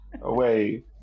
away